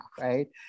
right